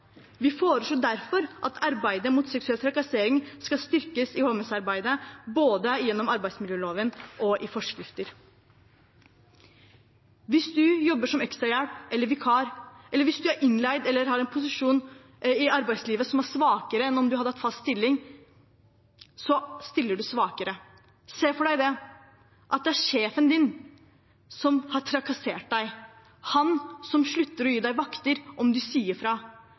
Vi foreslår derfor at arbeidet mot seksuell trakassering skal styrkes i holdningsarbeidet både gjennom arbeidsmiljøloven og i forskrifter. Hvis man jobber som ekstrahjelp eller vikar, eller hvis man er innleid eller har en posisjon i arbeidslivet som er svakere enn om man hadde hatt fast stiling, stiller man svakere. Se for deg at det er sjefen din som har trakassert deg – han som slutter å gi deg vakter om du sier fra.